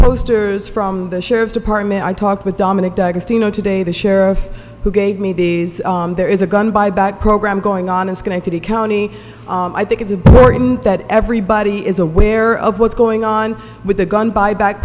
posters from the sheriff's department i talked with dominick d'agostino today the sheriff who gave me these there is a gun buyback program going on in schenectady county i think it's important that everybody is aware of what's going on with a gun buyback